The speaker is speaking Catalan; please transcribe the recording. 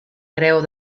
creu